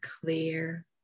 clear